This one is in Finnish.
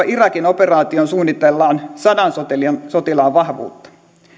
irakin operaatioon suunnitellaan sataan sotilaan sotilaan vahvuutta